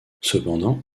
cependant